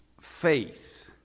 faith